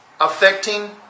affecting